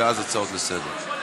ואז הצעות לסדר-היום.